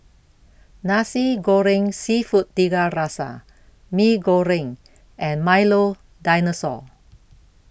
Nasi Goreng Seafood Tiga Rasa Mee Goreng and Milo Dinosaur